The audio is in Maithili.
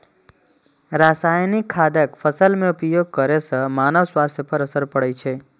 रासायनिक खादक फसल मे उपयोग करै सं मानव स्वास्थ्य पर असर पड़ै छै